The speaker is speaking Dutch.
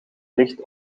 ligt